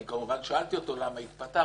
אני כמובן שאלתי אותו: למה התפטרת?